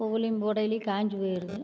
பூவிலையும் போடையிலையும் காஞ்சி போயிடுது